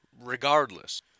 regardless